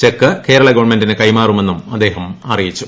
check Kerala ഗവൺമെന്റിന് കൈമാറുമെന്നും അദ്ദേഷ്ഠം അറിയിച്ചു